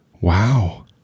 Wow